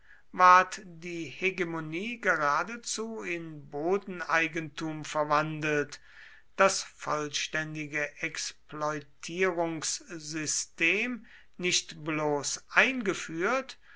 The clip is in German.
die hegemonie geradezu in bodeneigentum verwandelt das vollständige exploitierungssystem nicht bloß eingeführt